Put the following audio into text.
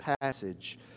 passage